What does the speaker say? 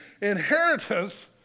inheritance